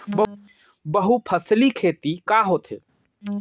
बहुफसली खेती का होथे?